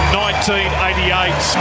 1988